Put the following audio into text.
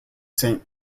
saint